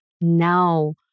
now